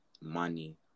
money